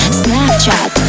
snapchat